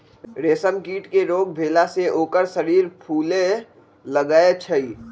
रेशम कीट के रोग भेला से ओकर शरीर फुले लगैए छइ